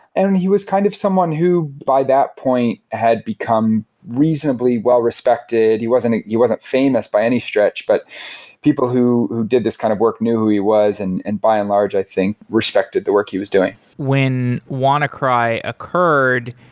and and he was kind of someone who by that point had become reasonably well-respected he wasn't he wasn't famous by any stretch, but people who who did this kind of work knew who he was and and by and large i think, respected the work he was doing when wannacry occurred,